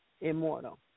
immortal